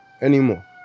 anymore